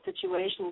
situations